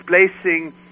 displacing